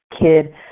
kid